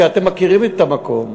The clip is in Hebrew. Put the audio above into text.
כי אתם מכירים את המקום: